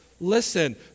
Listen